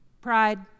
Pride